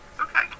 Okay